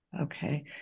Okay